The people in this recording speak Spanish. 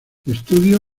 estudio